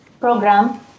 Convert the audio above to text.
program